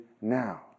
now